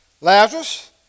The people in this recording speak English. Lazarus